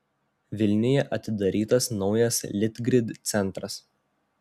vilniuje atidarytas naujas litgrid centras